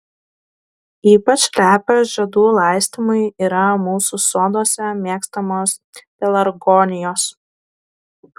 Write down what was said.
ypač lepios žiedų laistymui yra mūsų soduose mėgstamos pelargonijos